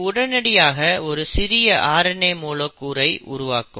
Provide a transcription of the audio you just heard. இது உடனடியாக ஒரு சிறிய RNA மூலக்கூறை உருவாக்கும்